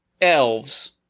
Elves